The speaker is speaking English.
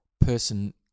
person